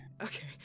Okay